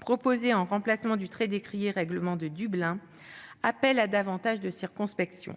proposé en remplacement du très décrié règlement de Dublin, appelle à davantage de circonspection.